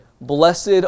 Blessed